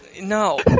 No